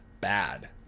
bad